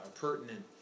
pertinent